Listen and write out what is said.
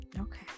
Okay